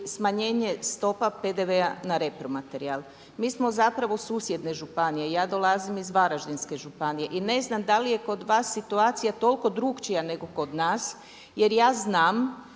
smanjenje stopa PDV-a na repromaterijal. Mi smo zapravo susjedne županije. Ja dolazim iz Varaždinske županije i ne znam da li je kod vas situacija toliko drukčija nego kod nas jer ja znam